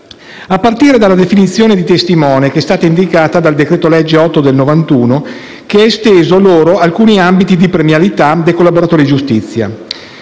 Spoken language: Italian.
a partire dalla definizione di testimone che è stata indicata dal decreto-legge n. 8 del 1991 che ha esteso a loro alcuni ambiti di premialità dei collaboratori di giustizia.